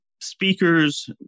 speakers